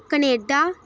Canada